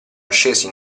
ascese